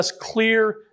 clear